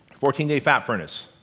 fourteen day fat furnace.